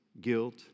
guilt